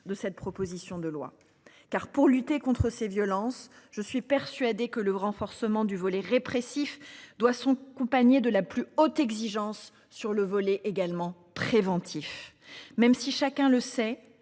de cette proposition de loi car pour lutter contre ces violences. Je suis persuadé que le renforcement du volet répressif doit son compagnon de la plus haute exigence sur le volet également préventif même si chacun le sait